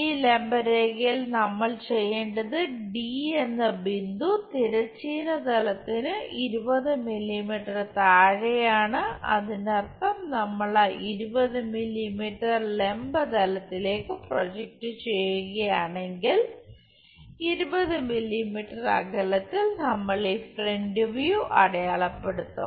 ഈ ലംബ രേഖയിൽ നമ്മൾ ചെയ്യേണ്ടത് ഡി എന്ന ബിന്ദു തിരശ്ചീന തലത്തിന് 20 മില്ലീമീറ്റർ താഴെയാണ് അതിനർത്ഥം നമ്മൾ ആ 20 മില്ലീമീറ്റർ ലംബ തലത്തിലേക്ക് പ്രൊജക്റ്റ് ചെയ്യുകയാണെങ്കിൽ 20 മില്ലീമീറ്റർ അകലത്തിൽ നമ്മൾ ഈ ഫ്രന്റ് വ്യൂ അടയാളപ്പെടുത്തും